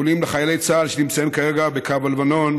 חבריי חברי הכנסת, חברותיי חברות הכנסת,